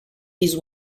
these